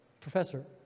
Professor